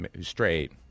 straight